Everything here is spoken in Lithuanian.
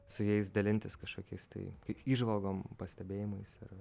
su jais dalintis kažkokiais tai įžvalgom pastebėjimais ir